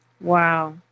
Wow